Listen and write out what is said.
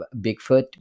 Bigfoot